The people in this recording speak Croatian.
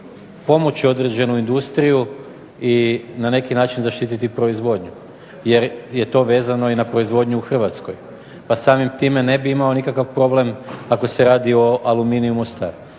pomoći određenu industriju i na neki način zaštititi proizvodnju jer je to vezano i na proizvodnju u Hrvatskoj pa samim time ne bi imao nikakav problem ako se radi o Aluminiju u Mostaru.